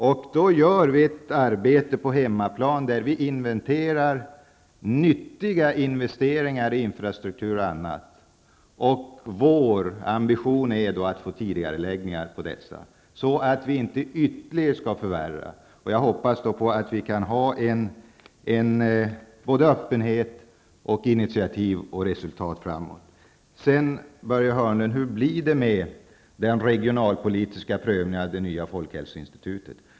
På hemmaplan gör vi ett arbete som innebär inventering av nyttiga investeringar i infrastruktur och annat. Och vår ambition är att det skall bli tidigareläggningar av dessa, så att läget inte skall förvärras ytterligare. Jag hoppas på öppenhet, initiativ och resultat. Börje Hörnlund, hur blir det med den regionalpolitiska prövningen av det nya folkhälsoinstitutet?